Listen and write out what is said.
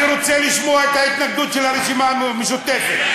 אני רוצה לשמוע את ההתנגדות של הרשימה המשותפת.